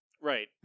Right